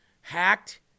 hacked